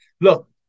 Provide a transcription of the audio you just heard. Look